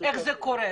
איך זה קורה.